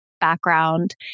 background